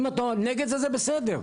אם אתה נגד זה זה בסדר.